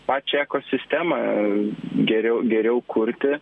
pačią ekosistemą geriau geriau kurti